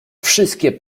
wszystkie